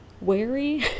wary